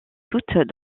toutes